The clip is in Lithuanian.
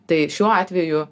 tai šiuo atveju